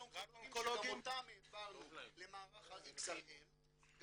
14 אונקולוגים שגם אותם העברנו למערך XRM כי